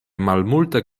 malmulte